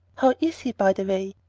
how is he, by the way?